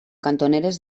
cantoneres